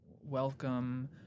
welcome